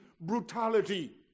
Brutality